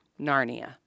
Narnia